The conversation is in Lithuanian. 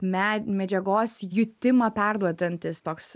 me medžiagos jutimą perduodantis toks